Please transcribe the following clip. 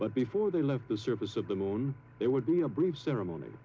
but before they left the surface of the moon it would be a brief ceremony